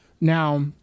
Now